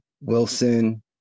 Wilson